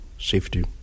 safety